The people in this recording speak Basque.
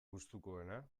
gustukoena